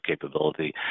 capability